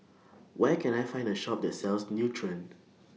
Where Can I Find A Shop that sells Nutren